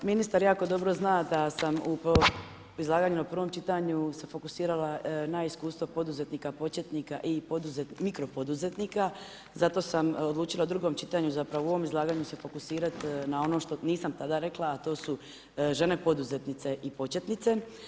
Ministar jako dobro zna da sam u izlaganju na prvom čitanju se fokusirana na iskustvo poduzetnika početnika i mikropoduzetnika zato sam odlučila u drugom čitanju zapravo u ovom izlaganju se fokusirat na ono što nisam tada rekla, a to su žene poduzetnice i početnice.